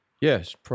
Yes